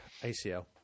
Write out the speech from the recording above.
ACL